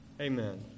Amen